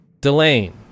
Delane